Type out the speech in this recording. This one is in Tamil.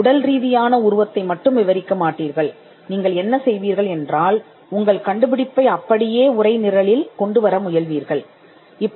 உடல் உருவங்களை நீங்கள் விவரிக்க மாட்டீர்கள் மாறாக நீங்கள் என்ன செய்வீர்கள் என்பது கண்டுபிடிப்பை நீங்கள் விவரிப்பீர்கள் நாங்கள் உங்களை அழைப்பது கண்டுபிடிப்பை உரைநடையாக்கும்